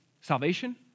salvation